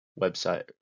website